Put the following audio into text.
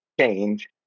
Change